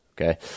Okay